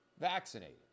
vaccinated